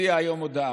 הוציאה היום הודעה.